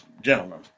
gentlemen